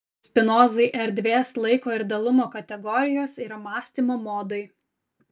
taigi spinozai erdvės laiko ir dalumo kategorijos yra mąstymo modai